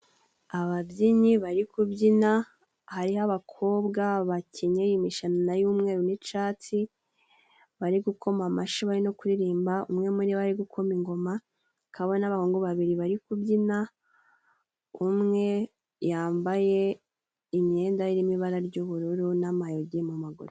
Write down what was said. Ababyinnyi bari kubyina hariho abakobwa bakenye imishanana y'umweru n'icyatsi, bari gukoma amashyi bari no kuririmba. Umwe muri bo ari gukoma ingoma. Hakaba n'abahungu babiri bari kubyina, umwe yambaye imyenda irimo ibara ry'ubururu n'amayogi mu maguru.